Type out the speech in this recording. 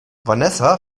vanessa